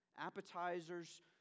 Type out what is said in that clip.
Appetizers